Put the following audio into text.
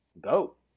goat